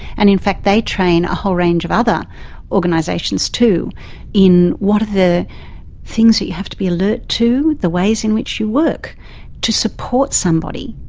and in fact they train a whole range of other organisations too in what are the things that you have to be alert to, the ways in which you work to support somebody.